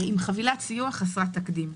עם חבילת סיוע חסרת תקדים.